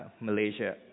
Malaysia